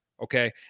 Okay